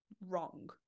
wrong